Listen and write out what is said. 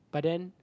but then